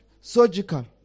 surgical